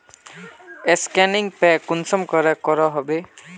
Scanning पे कुंसम करे करो होबे?